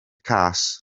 cas